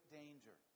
danger